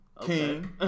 King